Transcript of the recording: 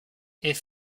est